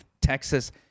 Texas